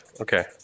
Okay